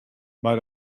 mar